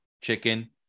chicken